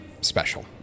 special